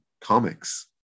comics